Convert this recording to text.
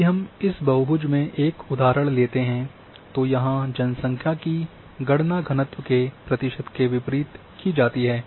यदि हम इस बहुभुज में एक उदाहरण लेते हैं तो यहाँ जनसंख्या की गणना घनत्व के प्रतिशत के विपरीत की जाती है